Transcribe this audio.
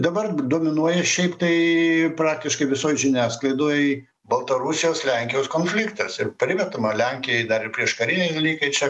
dabar dominuoja šiaip tai praktiškai visoj žiniasklaidoj baltarusijos lenkijos konfliktas ir primetama lenkijai dar ir prieškariniai dalykai čia